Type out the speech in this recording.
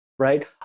Right